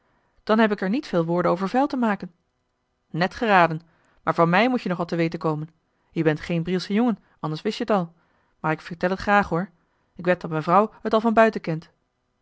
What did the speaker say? dan heb ik er niet veel woorden over vuil te maken net geraden maar van mij moet-je nog wat te weten komen je bent geen brielsche jongen anders wist je t al maar k vertel het graag hoor k wed dat m'n vrouw het al van